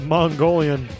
Mongolian